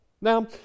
Now